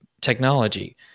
technology